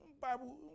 Bible